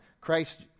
Christ